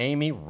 Amy